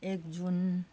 एक जुन